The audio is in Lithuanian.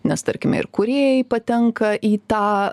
nes tarkime ir kūrėjai patenka į tą